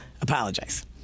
apologize